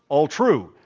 all true.